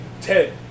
Ted